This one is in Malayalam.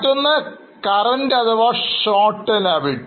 മറ്റൊന്ന് current അഥവാ short term liability